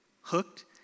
hooked